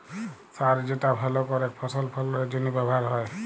সার যেটা ভাল করেক ফসল ফললের জনহে ব্যবহার হ্যয়